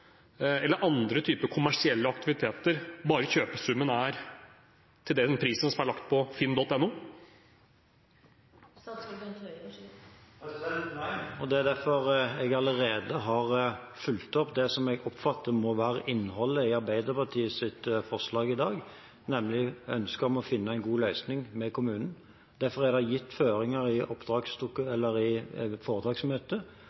eller andre typer kommersielle aktiviteter, bare kjøpesummen er til den prisen som er lagt på finn.no? Nei, og det er derfor jeg allerede har fulgt opp det som jeg oppfatter må være innholdet i Arbeiderpartiets forslag i dag, nemlig ønsket om å finne en god løsning med kommunen. Derfor er det gitt føringer i